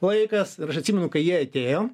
laikas aš atsimenu kai jie atėjo